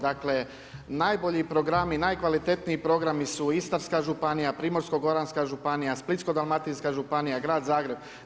Dakle najbolji programi i najkvalitetniji programi su Istarska županija, Primorsko-goranska županija, Splitsko-dalmatinska županija, Grad Zagreb.